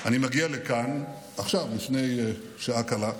אני מגיע לכאן עכשיו, לפני שעה קלה,